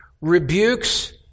rebukes